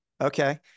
Okay